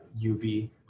UV